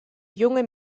junge